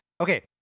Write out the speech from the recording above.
Okay